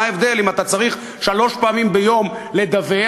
מה ההבדל אם אתה צריך שלוש פעמים ביום לדווח,